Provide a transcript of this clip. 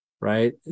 Right